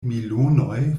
milonoj